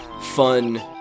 fun